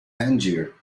tangier